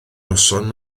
noson